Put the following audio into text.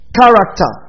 character